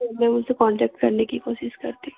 जी मैं उनसे कॉन्टैक्ट करने की कोशिश करती हूँ